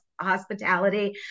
hospitality